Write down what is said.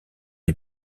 est